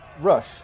Rush